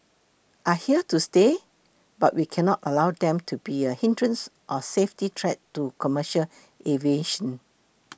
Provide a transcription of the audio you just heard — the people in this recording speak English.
are here to stay but we cannot allow them to be a hindrance or safety threat to commercial aviation